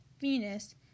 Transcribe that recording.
Venus